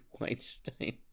Weinstein